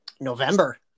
November